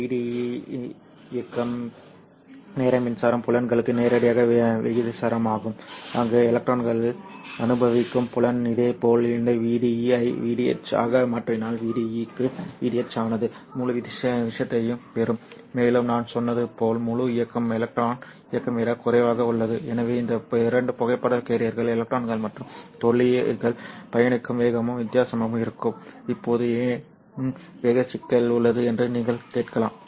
இந்த Vde இந்த இயக்கம் நேர மின்சார புலங்களுக்கு நேரடியாக விகிதாசாரமாகும் அங்கு எலக்ட்ரான்கள் அனுபவிக்கும் புலம் இதேபோல் இந்த Vd ஐ Vdh ஆக மாற்றினால் Vde க்கு Vdh ஆனது முழு விஷயத்தையும் பெறும் மேலும் நான் சொன்னது போல் முழு இயக்கம் எலக்ட்ரான் இயக்கம் விட குறைவாக உள்ளது எனவே இந்த இரண்டு புகைப்பட கேரியர்கள் எலக்ட்ரான்கள் மற்றும் துளைகள் பயணிக்கும் வேகமும் வித்தியாசமாக இருக்கும் இப்போது ஏன் வேக சிக்கல் உள்ளது என்று நீங்கள் கேட்கலாம்